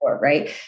Right